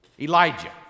Elijah